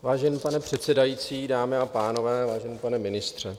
Vážený pane předsedající, dámy a pánové, vážený pane ministře.